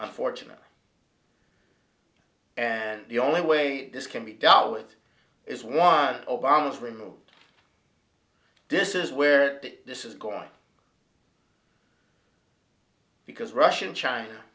unfortunate and the only way this can be dealt with is why obama has removed this is where this is going because russia and china